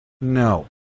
No